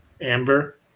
Amber